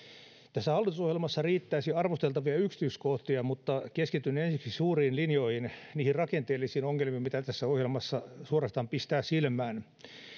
tässä hallitusohjelmassa riittäisi arvosteltavia yksityiskohtia mutta keskityn ensiksi suuriin linjoihin niihin rakenteellisiin ongelmiin mitkä tässä ohjelmassa suorastaan pistävät silmään